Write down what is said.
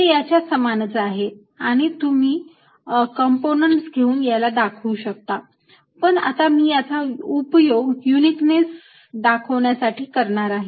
हे याच्या समानच आहे आणि तुम्ही कंपोनेंट्स घेऊन याला दाखवू शकता पण आता मी याचा उपयोग युनिकनेस दाखवण्यासाठी करणार आहे